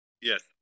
Yes